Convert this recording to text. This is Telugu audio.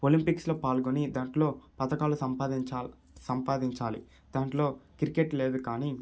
ఒలింపిక్స్లో పాల్గొని దాంట్లో పథకాలు సంపాదించాల సంపాదించాలి దాంట్లో క్రికెట్ లేదు కానీ